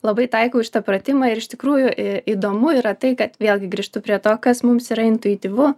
labai taikau šitą pratimą ir iš tikrųjų įdomu yra tai kad vėlgi grįžtu prie to kas mums yra intuityvu